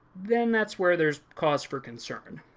then that's where there's cause for concern.